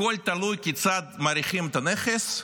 הכול תלוי כיצד מעריכים את הנכס,